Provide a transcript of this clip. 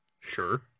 Sure